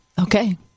Okay